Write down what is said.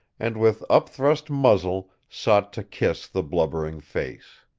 and with upthrust muzzle sought to kiss the blubbering face.